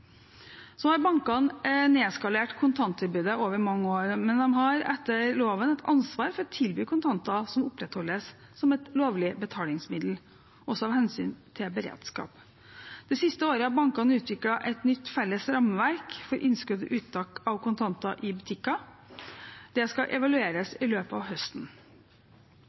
har nedskalert kontanttilbudet over mange år, men de har etter loven et ansvar for å tilby kontanter, som opprettholdes som et lovlig betalingsmiddel – også av hensyn til beredskap. Det siste året har bankene utviklet et nytt felles rammeverk for innskudd og uttak av kontanter i butikker. Det skal evalueres i løpet av høsten.